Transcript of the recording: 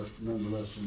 nonetheless